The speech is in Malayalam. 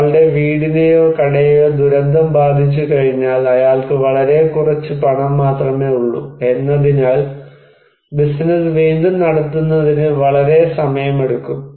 അയാളുടെ വീടിനെയോ കടയെയോ ദുരന്തം ബാധിച്ചുകഴിഞ്ഞാൽ അയാൾക്ക് വളരെ കുറച്ച് പണം മാത്രമേ ഉള്ളൂ എന്നതിനാൽ ബിസിനസ്സ് വീണ്ടും നടത്തുന്നതിന് വളരെ സമയമെടുക്കും